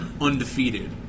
undefeated